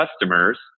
customers